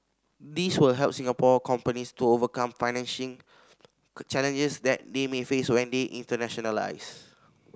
these will help Singapore companies to overcome financing challenges that they may face when they internationalise